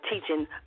teaching